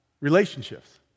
Relationships